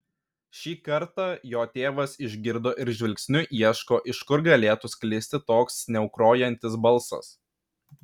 šį kartą jo tėvas išgirdo ir žvilgsniu ieško iš kur galėtų sklisti toks sniaukrojantis balsas